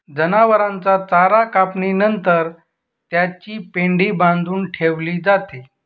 जनावरांचा चारा कापणी नंतर त्याची पेंढी बांधून ठेवली जाते